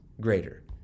greater